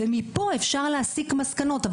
ומכאן אפשר להסיק מסקנות.